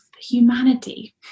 humanity